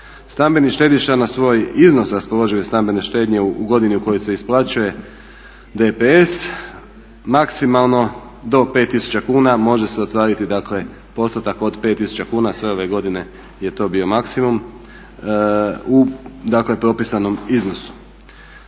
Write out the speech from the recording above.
Stambeni štediša na svoj iznos raspoložive stambene štednje u godini u kojoj se isplaćuje DPS maksimalno do pet tisuća kuna može se … dakle postotak od pet tisuća kuna. Sve ove godine je to bio maksimum u propisanom iznosu.